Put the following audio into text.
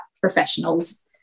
professionals